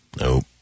Nope